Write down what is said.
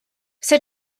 все